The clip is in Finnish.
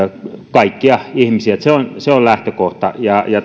kaikkia ihmisiä se on se on lähtökohta